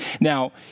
Now